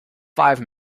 five